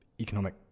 economic